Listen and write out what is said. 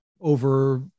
over